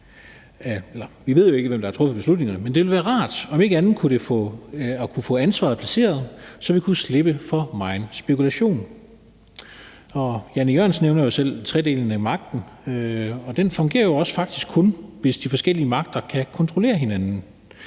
Vi ved heller ikke, hvem der har truffet beslutningerne. Men det ville være rart om ikke andet at kunne få ansvaret placeret, så vi kunne slippe for megen spekulation. Jan E. Jørgensen nævner selv tredelingen af magten, og den fungerer jo faktisk også kun, hvis de forskellige magter kan kontrollere hinanden.